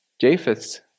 Japheth's